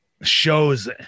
shows